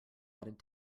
added